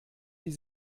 die